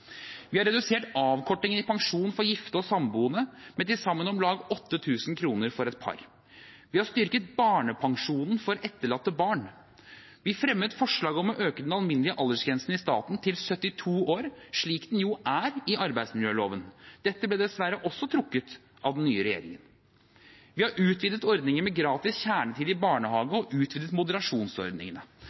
Vi har redusert avkortingen i pensjonen for gifte og samboende med til sammen om lag 8 000 kr kroner for et par. Vi har styrket barnepensjonen for etterlatte barn. Vi har fremmet forslag om å øke den alminnelige aldersgrensen i staten til 72 år, slik den jo er i arbeidsmiljøloven. Dette ble dessverre trukket av den nye regjeringen. Vi har utvidet ordningen med gratis kjernetid i barnehage og utvidet moderasjonsordningene.